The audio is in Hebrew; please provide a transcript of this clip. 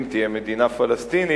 אם תהיה, מדינה פלסטינית,